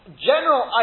general